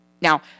Now